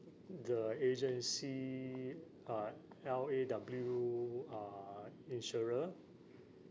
the agency uh L A W uh insurer